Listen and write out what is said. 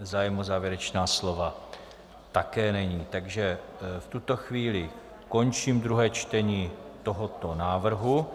Zájem o závěrečná slova také není, takže v tuto chvíli končím druhé čtení tohoto návrhu.